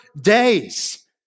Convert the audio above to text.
days